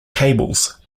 cables